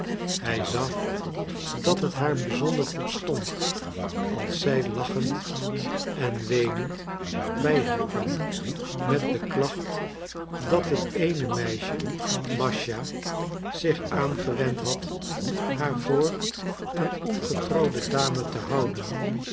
hij zag dat het haar bijzonder goed stond als zij lachend en weenend bij hem kwam met de klacht dat het eene meisje mascha zich aangewend had haar voor een ongetrouwde dame te houden